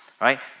Right